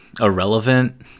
irrelevant